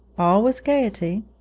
all was gaiety,